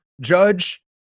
Judge